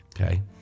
okay